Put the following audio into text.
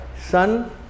sun